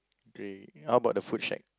grey how about the food shack